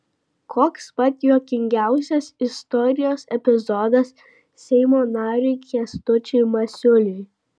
koks pats juokingiausias istorijos epizodas seimo nariui kęstučiui masiuliui